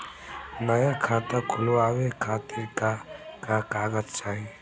नया खाता खुलवाए खातिर का का कागज चाहीं?